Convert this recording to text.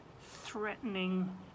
threatening